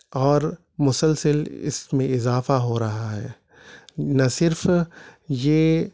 اور مسلسل اس میں اضافہ ہو رہا ہے نہ صرف یہ